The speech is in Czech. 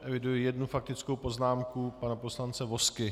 Eviduji jednu faktickou poznámku, pana poslance Vozky.